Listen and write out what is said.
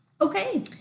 Okay